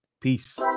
Peace